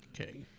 Okay